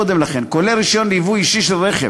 כולל רישיון לייבוא אישי של רכב.